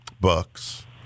Bucks